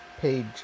page